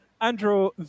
Andrew